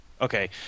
Okay